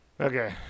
Okay